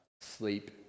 sleep